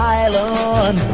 island